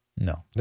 No